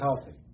healthy